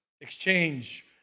exchange